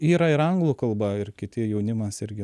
yra ir anglų kalba ir kiti jaunimas irgi